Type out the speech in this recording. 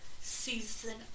season